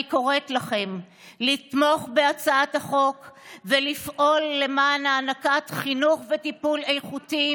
אני קוראת לכם לתמוך בהצעת החוק ולפעול למען הענקת חינוך וטיפול איכותי,